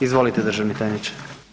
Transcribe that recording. Izvolite državni tajniče.